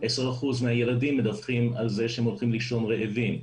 10% מהילדים מדווחים על זה שהם הולכים לישון רעבים.